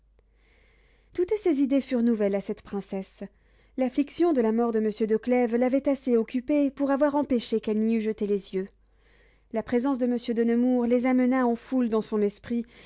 toutes ces idées furent nouvelles à cette princesse l'affliction de la mort de monsieur de clèves l'avait assez occupée pour avoir empêché qu'elle n'y eût jeté les yeux la présence de monsieur de nemours les amena en foule dans son esprit